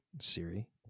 Siri